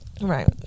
Right